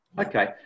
Okay